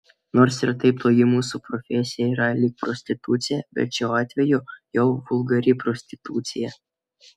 nors ir taip toji mūsų profesija yra lyg prostitucija bet šiuo atveju jau vulgari prostitucija